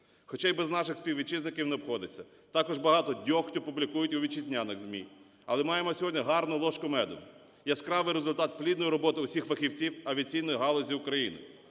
хоча і без наших співвітчизників не обходиться, також багато дьогтю публікують у вітчизняних ЗМІ. Але маємо сьогодні гарну ложку меду: яскравий результат плідної роботи усіх фахівців авіаційної галузі України.